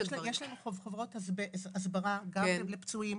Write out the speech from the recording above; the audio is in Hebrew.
יש לנו חוברות הסברה גם לפצועים,